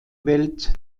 welt